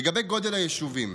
לגבי גודל היישובים,